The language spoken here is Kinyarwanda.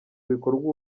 bikorwa